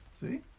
See